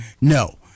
No